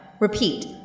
Repeat